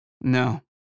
No